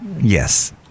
Yes